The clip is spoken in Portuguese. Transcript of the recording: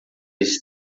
esse